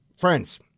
Friends